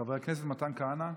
חבר הכנסת מתן כהנא,